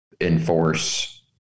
enforce